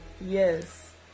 Yes